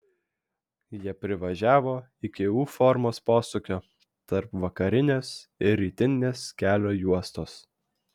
jie privažiavo iki u formos posūkio tarp vakarinės ir rytinės kelio juostos